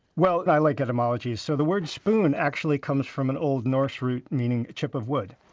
well, i like etymology. so, the word spoon actually comes from an old norse root meaning chip of wood.